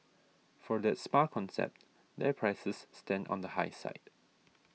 for that spa concept their prices stand on the high side